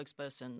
spokesperson